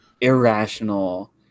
irrational